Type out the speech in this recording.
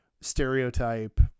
stereotype